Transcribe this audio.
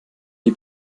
die